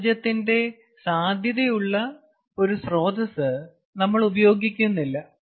ഊർജ്ജത്തിന്റെ സാധ്യതയുള്ള ഒരു സ്രോതസ്സ് നമ്മൾ ഉപയോഗിക്കുന്നില്ല